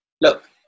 look